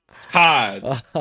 Todd